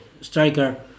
striker